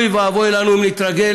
אוי ואבוי לנו אם נתרגל.